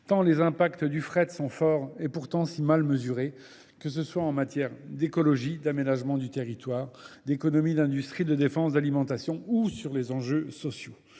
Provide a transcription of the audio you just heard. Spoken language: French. tant les impacts du fret sont forts et pourtant si mal mesurés que ce soit en matière d'écologie, d'aménagement du territoire, d'économie, d'industrie, de défense, d'alimentation ou sur les enjeux sociaux.